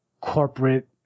corporate